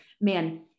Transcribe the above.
man